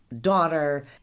daughter